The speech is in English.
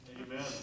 Amen